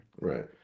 Right